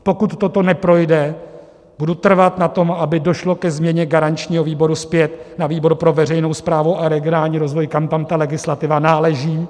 Pokud toto neprojde, budu trvat na tom, aby došlo ke změně garančního výboru zpět na výbor pro veřejnou správu a regionální rozvoj, kam ta legislativa náleží.